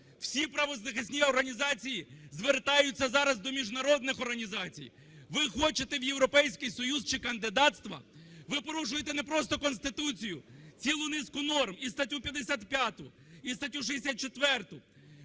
Всі правозахисні організації звертаються зараз до міжнародних організацій. Ви хочете в Європейський Союз чи кандидатство? Ви порушуєте не просто Конституцію – цілу низку норм і статтю 55, і статтю 64.